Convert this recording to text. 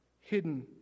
Hidden